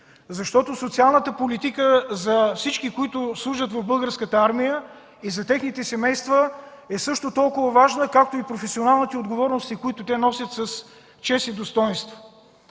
Защото социалната политика за всички, които служат в Българската армия, за техните семейства, е също толкова важна, както и професионалните отговорности, които те носят с чест и достойнство.